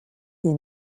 des